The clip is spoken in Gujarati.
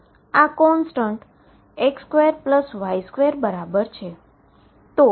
આ કોન્સટન્ટ X2Y2 બરાબર છે